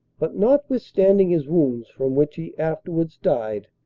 but notwithstanding his wounds, from which he afterwards died,